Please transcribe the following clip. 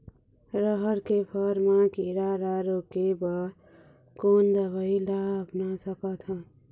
रहर के फर मा किरा रा रोके बर कोन दवई ला अपना सकथन?